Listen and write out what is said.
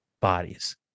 bodies